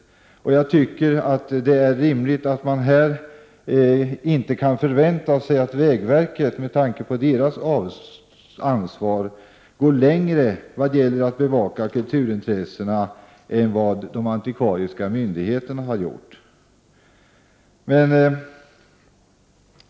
Det är inte rimligt att förvänta sig att vägverket, med tanke på dess ansvar, skulle gå längre när det gäller att bevaka kulturintressena än de antikvariska myndigheterna har gjort.